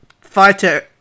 Fighter